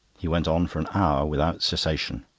he went on for an hour without cessation.